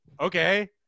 Okay